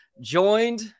joined